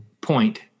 point